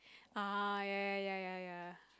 uh ya ya ya ya ya